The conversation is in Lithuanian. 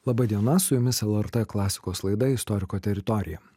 laba diena su jumis lrt klasikos laida istoriko teritorija